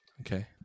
Okay